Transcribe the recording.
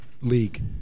league